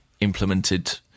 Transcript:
implemented